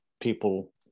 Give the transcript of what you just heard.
people